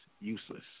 useless